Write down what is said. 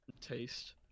taste